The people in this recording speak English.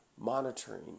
Monitoring